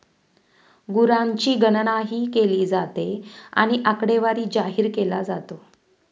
गुरांची गणनाही केली जाते आणि आकडेवारी जाहीर केला जातो